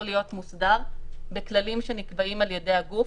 להיות מוסדר בכללים שנקבעים על ידי הגוף